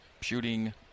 shooting